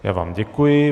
Já vám děkuji.